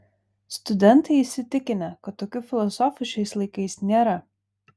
studentai įsitikinę kad tokių filosofų šiais laikais nėra